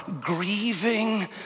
grieving